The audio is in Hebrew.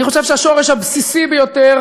אני חושב שהשורש הבסיסי ביותר